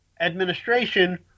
administration